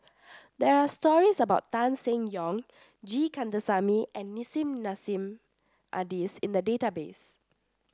there are stories about Tan Seng Yong G Kandasamy and Nissim Nassim Adis in the database